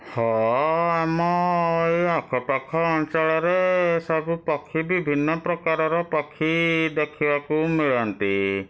ହଁ ଆମ ଏଇ ଆଖପାଖ ଅଞ୍ଚଳରେ ସବୁ ପକ୍ଷୀ ବିଭିନ୍ନପ୍ରକାରର ପକ୍ଷୀ ଦେଖିବାକୁ ମିଳନ୍ତି